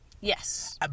Yes